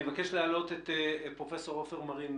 אני מבקש להעלות את פרופ' עופר מרין,